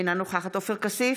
אינו נוכחת עופר כסיף,